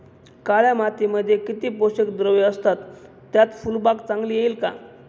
काळ्या मातीमध्ये किती पोषक द्रव्ये असतात, त्यात फुलबाग चांगली येईल का?